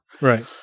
Right